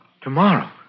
Tomorrow